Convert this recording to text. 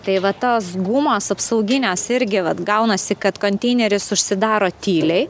tai va tos gumos apsauginios irgi vat gaunasi kad konteineris užsidaro tyliai